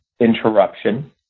interruption